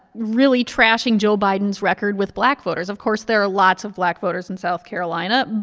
really trashing joe biden's record with black voters. of course, there are lots of black voters in south carolina,